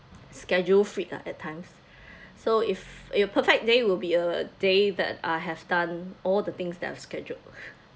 schedule freak ah at times so if your perfect day will be a day that I have done all the things that I scheduled